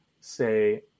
say